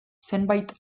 zenbait